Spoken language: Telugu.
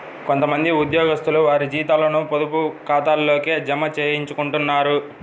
కొంత మంది ఉద్యోగస్తులు వారి జీతాలను పొదుపు ఖాతాల్లోకే జమ చేయించుకుంటారు